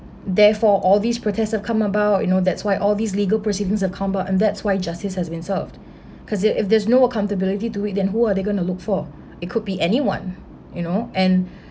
therefore all these protests have come about you know that's why all these legal proceedings have come out and that's why justice has been served cause if if there's no accountability to it than who are they going to look for it could be anyone you know and